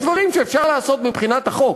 יש דברים שאפשר לעשות מבחינת החוק,